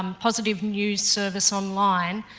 um positive news service online